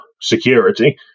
security